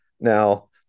Now